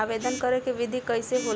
आवेदन करे के विधि कइसे होला?